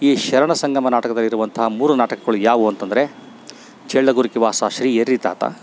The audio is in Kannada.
ಈ ಶರಣ ಸಂಗಮ ನಾಟಕದಲ್ಲಿರುವಂಥ ಮೂರು ನಾಟಕಗಳ್ ಯಾವುವು ಅಂತಂದರೆ ಚಳ್ಳಗುರಿಕಿವಾಸ ಶ್ರೀ ಎರ್ರಿತಾತ